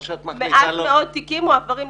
מה שאת מחליטה לא להגיש --- מעט מאוד תיקים מועברים לתביעה.